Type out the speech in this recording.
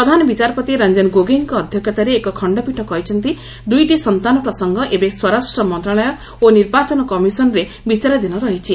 ପ୍ରଧାନ ବିଚାରପତି ରଞ୍ଜନ ଗୋଗୋଇଙ୍କ ଅଧ୍ୟକ୍ଷତାରେ ଏକ ଖଣ୍ଡପୀଠ କହିଛନ୍ତି ଦୁଇଟି ସନ୍ତାନ ପ୍ରସଙ୍ଗ ଏବେ ସ୍ୱରାଷ୍ଟ୍ରମନ୍ତ୍ରଣାଳୟ ଓ ନିର୍ବାଚନ କମିଶନରେ ବିଚାରଧୀନ ରହିଛି